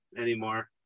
anymore